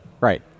right